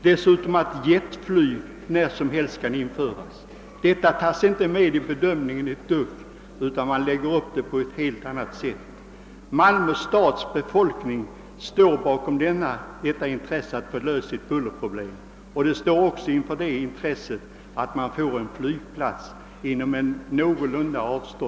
Vidare kan ju jetflyg när som helst aktualiseras. Detta tas inte alls med i bedömningen, utan man lägger upp det på ett helt annat sätt. Men Malmö stads befolkning står bakom kravet att buller problemet skall lösas och att flygplatsen skall förläggas på ett avstånd från staden som är någorlunda rimligt.